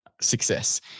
success